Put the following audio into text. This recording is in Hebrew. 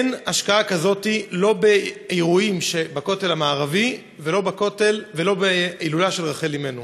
אין השקעה כזאת לא באירועים בכותל המערבי ולא בהילולה של רחל אמנו.